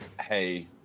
hey